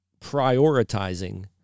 prioritizing